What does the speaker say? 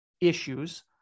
issues